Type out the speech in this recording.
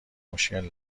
مشکل